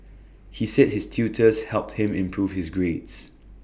he said his tutors helped him improve his grades